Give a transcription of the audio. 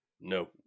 No